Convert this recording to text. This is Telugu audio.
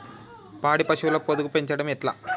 పాడి పశువుల పొదుగు పెంచడం ఎట్లా?